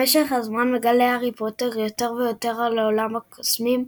במשך הזמן מגלה הארי פוטר יותר ויותר על עולם הקוסמים,